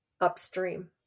Upstream